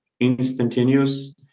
instantaneous